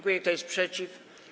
Kto jest przeciw?